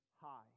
high